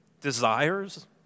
desires